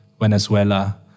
Venezuela